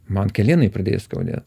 man kelienai pradėja skaudėt